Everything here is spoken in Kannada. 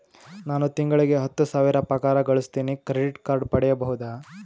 ನಾನು ತಿಂಗಳಿಗೆ ಹತ್ತು ಸಾವಿರ ಪಗಾರ ಗಳಸತಿನಿ ಕ್ರೆಡಿಟ್ ಕಾರ್ಡ್ ಪಡಿಬಹುದಾ?